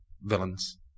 villains